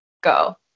go